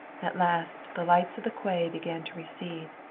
at last the lights of the quay began to recede.